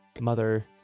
mother